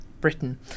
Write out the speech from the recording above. Britain